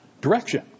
direction